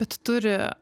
bet turi